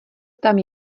tam